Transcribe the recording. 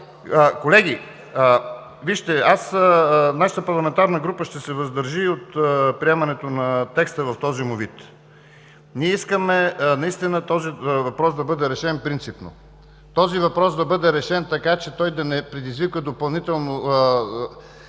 Колеги, вижте, нашата парламентарна група ще се въздържи от приемането на текста в този му вид. Ние искаме наистина този въпрос да бъде решен принципно. Този въпрос да бъде решен така, че да не предизвиква допълнително